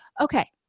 Okay